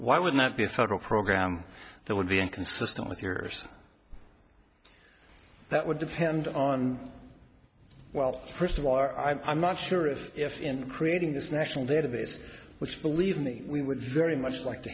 why would that be a federal program that would be inconsistent with yours that would depend on well first of all our i'm not sure of if in creating this national database which believe me we would very much like to